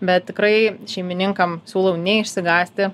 bet tikrai šeimininkam siūlau neišsigąsti